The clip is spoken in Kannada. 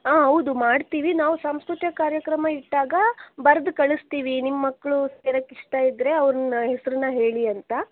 ಹಾಂ ಹೌದು ಮಾಡ್ತೀವಿ ನಾವು ಸಾಂಸ್ಕೃತಿಕ ಕಾರ್ಯಕ್ರಮ ಇಟ್ಟಾಗ ಬರೆದು ಕಳಿಸ್ತೀವಿ ನಿಮ್ಮ ಮಕ್ಕಳು ಸೇರೋಕ್ಕಿಷ್ಟ ಇದ್ದರೆ ಅವರನ್ನ ಹೆಸರನ್ನ ಹೇಳಿ ಅಂತ